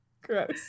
Gross